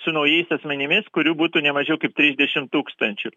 su naujais asmenimis kurių būtų ne mažiau kaip trisdešim tūkstančių